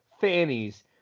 Fannies